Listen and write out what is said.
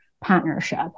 partnership